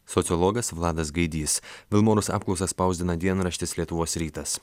sociologas vladas gaidys vilmorus apklausą spausdina dienraštis lietuvos rytas